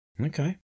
Okay